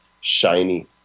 shiny